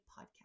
Podcast